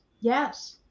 yes